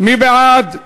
מי בעד?